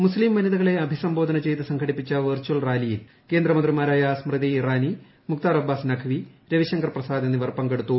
മുസ്തീം വനിതകളെ അഭിസംബോധന ചെയ്ത് സംഘടിപ്പിച്ച വെർച്ചൽ റാലിയിൽ കേന്ദ്രമന്ത്രിമാരായ സ്മൃതി ഇറാനി മുഖ്താർ അബ്ബാസ് നഖ്വി രവിശങ്കർ പ്രസാദ് എന്നിവർ പങ്കെടുത്തു